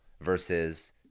versus